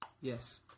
yes